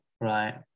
right